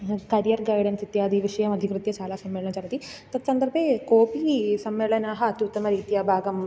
तदियर् guidance इत्यादिविषयम् अधिकृत्य शालासम्मेलनं चलति तत्सन्दर्भे कोऽपि सम्मेलनानि अत्युत्तमरीत्या भागं